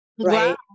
right